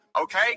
okay